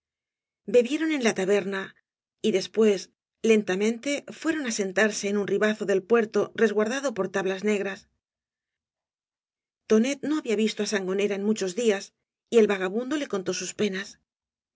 bebieron en la taberna y despues lentamente fueron á sentarse en un ribazo del puerto resguardado por tablas negras tonet no había visto á sangonera en muchos días y el vagabundo le contó sus penas